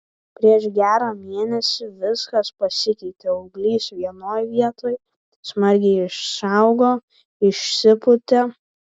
prieš gerą mėnesį viskas pasikeitė auglys vienoj vietoj smarkiai išaugo išsipūtė